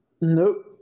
Nope